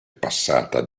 passata